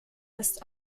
ist